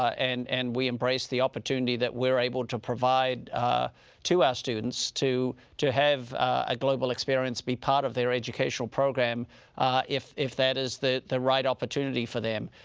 and and we embrace the opportunity that we're able to provide to our students to to have a global experience, be part of their educational program if if that is the the right opportunity for them.